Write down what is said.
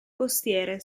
costiere